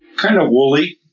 kind of wooly.